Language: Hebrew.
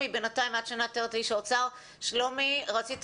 בינתיים עד שנאתר את איש האוצר, שלומי, רצית